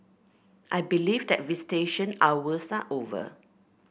I believe that visitation hours are over